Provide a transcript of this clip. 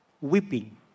weeping